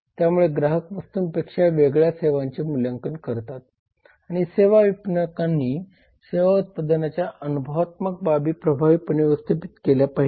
त्यामुळे ग्राहक वस्तूंपेक्षा वेगळ्या सेवांचे मूल्यांकन करतात आणि सेवा विपणकांनी सेवा उत्पादनाच्या अनुभवात्मक बाबी प्रभावीपणे व्यवस्थापित केल्या पाहिजेत